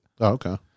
okay